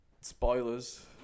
Spoilers